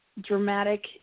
dramatic